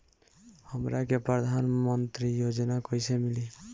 हमरा के प्रधानमंत्री योजना कईसे मिली?